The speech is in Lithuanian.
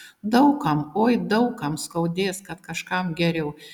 daug kam oi daug kam skaudės kad kažkam geriau